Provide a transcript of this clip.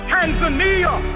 Tanzania